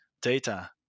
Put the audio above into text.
data